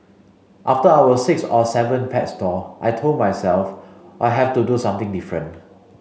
after our sixth or seventh pet store I told myself I have to do something different